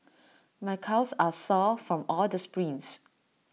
my calves are sore from all the sprints